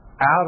out